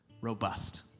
robust